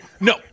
No